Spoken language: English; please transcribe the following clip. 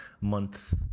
month